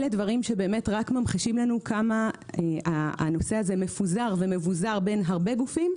אלה דברים שרק ממחישים לנו כמה הנושא הזה מפוזר ומבוזר בין הרבה גופים.